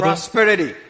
Prosperity